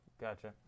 Gotcha